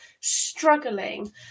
struggling